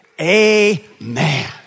Amen